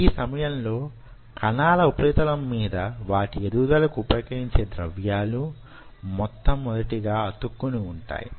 ఈ సమయంలో కణాల ఉపరితలం మీద వాటి ఎదుగుదలకు ఉపకరించే ద్రవ్యాలు మొట్టమొదటిగా అతుక్కుని ఉంటాయి